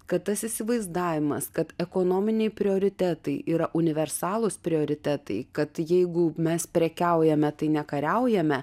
kad tas įsivaizdavimas kad ekonominiai prioritetai yra universalūs prioritetai kad jeigu mes prekiaujame tai nekariaujame